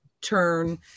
turn